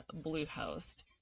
Bluehost